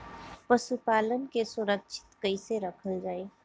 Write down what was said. पशुपालन के सुरक्षित कैसे रखल जाई?